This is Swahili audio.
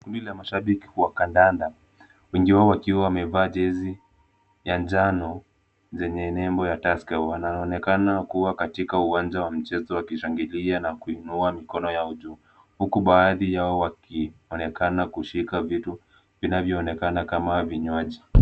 Kundi la mashabiki wa kandanda wengi wao wakiwa wamevaa jezi ya njano zenye nembo ya Tusker. Wanaonekana kuwa katika uwanja wa mchezo wakishangilia na kuinua mikono yao juu, huku baadhi yao wakionekana kushika vitu vinavyoonekana kama vinywaji.